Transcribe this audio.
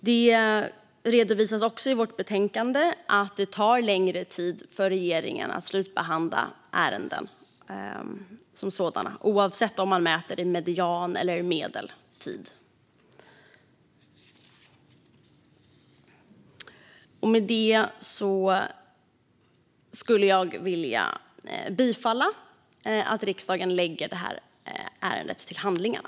Det redovisas också i betänkandet att det tar längre tid för regeringen att slutbehandla ärenden, oavsett om man mäter median eller medeltid. Med det yrkar jag bifall till att riksdagen lägger ärendet till handlingarna.